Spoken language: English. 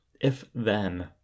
if-then